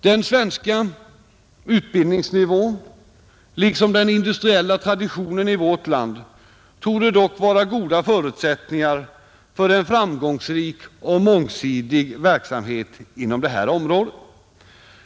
Den svenska utbildningsnivån liksom den industriella traditionen i vårt land torde dock vara goda förutsättningar för en framgångsrik och mångsidig verksamhet inom detta område.